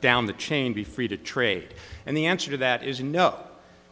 down the chain be free to trade and the answer to that is no